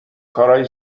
کارای